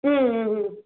ம் ம் ம்